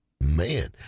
Man